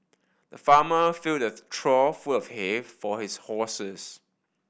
the farmer filled a trough full of hay for his horses